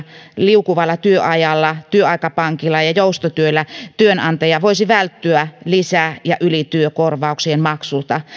liukuvalla työajalla työaikapankilla ja ja joustotyöllä työnantaja voisi välttyä lisä ja ylityökorvauksien maksulta